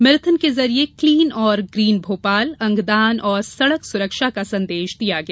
marathon के जरिए clean एवं ग्रीन भोपाल अंगदान और सड़क सुरक्षा का संदेश दिया गया